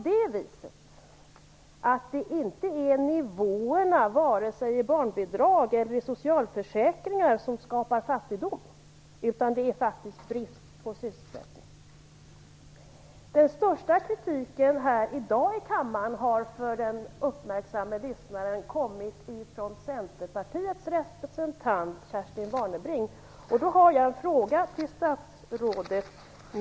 Det är inte nivåerna på barnbidraget eller i socialförsäkringarna som skapar fattigdom utan brist på sysselsättning. Den uppmärksamme lyssnaren har kunnat märka att den största kritiken i dag i kammaren har kommit från Centerpartiets representant Kerstin Warnerbring. Jag har en fråga till statsrådet.